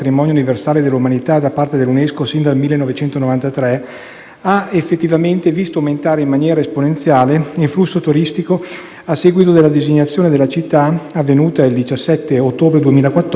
ha effettivamente visto aumentare in maniera esponenziale il flusso turistico a seguito della designazione della città, avvenuta il 17 ottobre 2014, a capitale europea della cultura per il 2019.